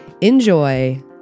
enjoy